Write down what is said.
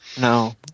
No